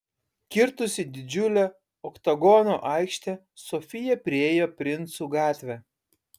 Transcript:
kirtusi didžiulę oktagono aikštę sofija priėjo princų gatvę